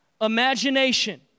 imagination